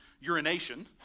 urination